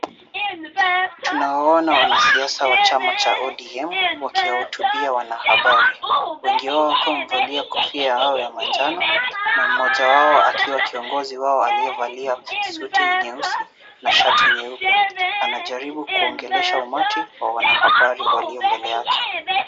Tunawaona wanasiasa wa chama cha ODM wakihutubia wanahabari. Wengi wao wakiwa wamevalia kofia yao ya manjano na mmoja wao akiwa kiongozi wao akiwa amevalia suti nyeusi na shati nyeupe. Anajaribu kuongelesha umati wa wanahabari walio mbele yake.